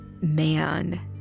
man